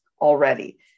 already